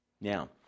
Now